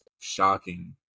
shocking